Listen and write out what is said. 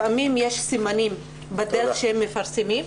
לפעמים יש סימנים בדרך בה זה מפורסם.